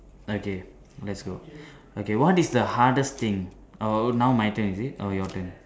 okay let's go okay what is the hardest thing oh now my turn is it or your turn